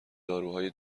داروهای